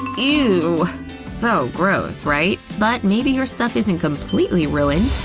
ew! so gross, right? but maybe your stuff isn't completely ruined,